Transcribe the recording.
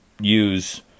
use